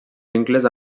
vincles